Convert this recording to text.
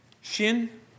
Shin